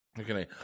Okay